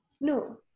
No